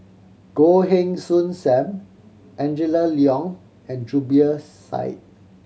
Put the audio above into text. Goh Heng Soon Sam Angela Liong and Zubir Said